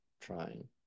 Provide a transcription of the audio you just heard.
trying